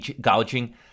gouging